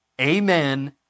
Amen